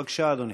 בבקשה, אדוני.